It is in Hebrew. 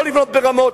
לא לבנות ברמות,